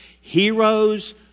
heroes